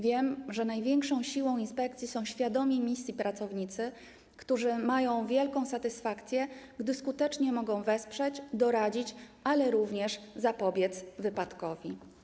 Wiem, że największą siłą inspekcji są świadomi misji pracownicy, którzy mają wielką satysfakcję, gdy skutecznie mogą wesprzeć, doradzić, ale również zapobiec wypadkowi.